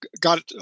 got